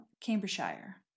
Cambridgeshire